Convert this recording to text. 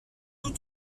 tous